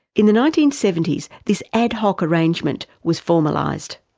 in the nineteen seventy s, this ad hoc arrangement was formalised.